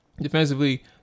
defensively